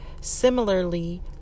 Similarly